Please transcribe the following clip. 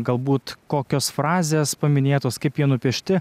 galbūt kokios frazės paminėtos kaip jie nupiešti